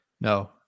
No